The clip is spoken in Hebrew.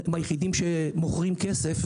הם היחידים שמוכרים כסף,